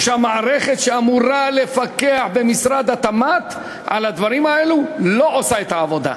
או שהמערכת שאמורה לפקח במשרד התמ"ת על הדברים האלה לא עושה את העבודה.